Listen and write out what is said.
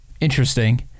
Interesting